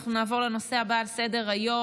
אנחנו נעבור לנושא הבא על סדר-היום,